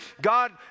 God